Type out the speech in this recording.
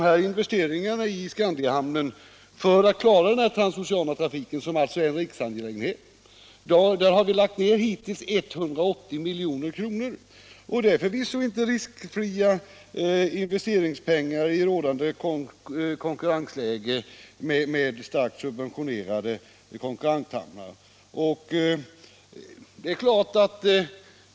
På investeringarna i Skandiahamnen för att klara denna transoceana trafik, som alltså är en riksangelägenhet, har vi hittills lagt ner 180 milj.kr., och det är förvisso inte några riskfria investeringar i rådande konkurrensläge med starkt subventionerade konkurrenthamnar.